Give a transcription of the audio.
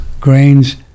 grains